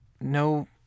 No